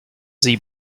sie